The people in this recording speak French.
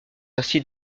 ainsi